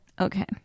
okay